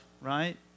right